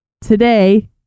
today